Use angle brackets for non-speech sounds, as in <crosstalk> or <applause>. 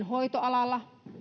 <unintelligible> hoitoalalla